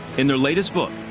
in their latest book,